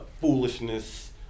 foolishness